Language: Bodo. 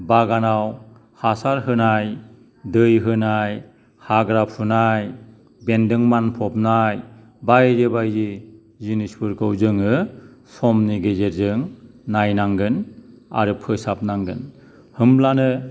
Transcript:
बागानाव हासार होनाय दै होनाय हाग्रा फुनाय बेन्दों मानफबनाय बायदि बायदि जिनिसफोरखौ जोङो समनि गेजेरजों नायनांगोन आरो फोसाबनांगोन होनब्लानो